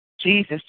Jesus